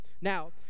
Now